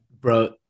bro